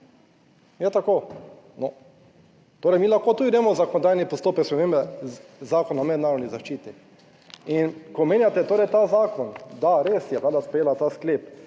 Je tako? No, torej mi lahko tudi gremo v zakonodajni postopek spremembe Zakona o mednarodni zaščiti. In ko omenjate torej ta zakon, da res je Vlada je sprejela ta sklep